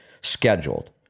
scheduled